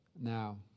now